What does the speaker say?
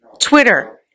Twitter